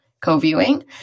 Co-viewing